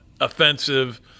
offensive